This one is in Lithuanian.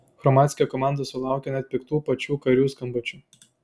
hromadske komanda sulaukė net piktų pačių karių skambučių